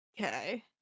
Okay